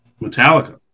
Metallica